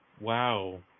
Wow